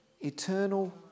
eternal